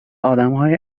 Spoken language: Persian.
آدمهای